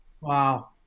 Wow